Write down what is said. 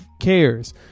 cares